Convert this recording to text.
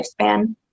lifespan